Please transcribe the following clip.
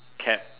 cap